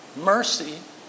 Mercy